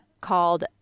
called